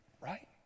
Right